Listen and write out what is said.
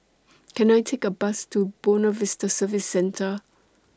Can I Take A Bus to Buona Vista Service Centre